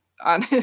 on